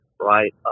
right